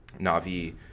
Navi